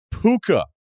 Puka